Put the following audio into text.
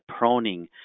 proning